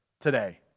today